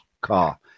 car